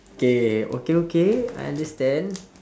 K okay okay I understand